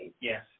Yes